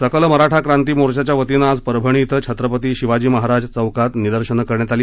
सकल मराठा क्रांती मोर्चाच्या वतीनं आज परभणी इथं छत्रपती शिवाजी महाराज चौकात निदर्शनं करण्यात आली